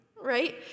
right